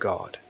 God